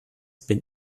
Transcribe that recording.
bin